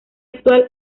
actual